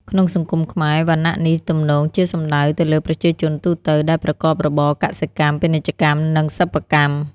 ក្នុងសង្គមខ្មែរ វណ្ណៈនេះទំនងជាសំដៅទៅលើប្រជាជនទូទៅដែលប្រកបរបរកសិកម្ម ពាណិជ្ជកម្ម និងសិប្បកម្ម។